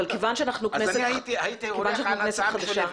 אבל כיוון שאנחנו כנסת חדשה --- אז הייתי הולך על הצעה משולבת.